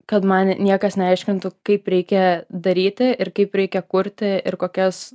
kad man niekas neaiškintų kaip reikia daryti ir kaip reikia kurti ir kokias